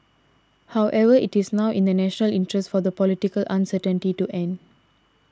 however it is now in the national interest for the political uncertainty to end